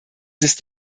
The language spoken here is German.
ist